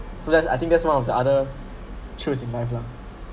so that's I think that's one of the other choice in life lah